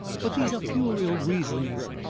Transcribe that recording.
but these are puerile reasons.